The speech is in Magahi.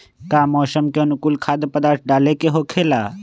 का मौसम के अनुकूल खाद्य पदार्थ डाले के होखेला?